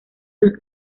sus